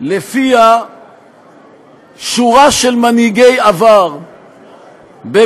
שלפיה שורה של מנהיגי עבר במפ"ם,